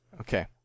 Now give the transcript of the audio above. Okay